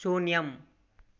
शून्यम्